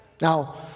Now